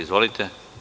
Izvolite.